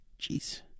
Jeez